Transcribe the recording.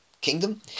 kingdom